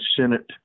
Senate